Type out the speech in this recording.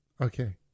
Okay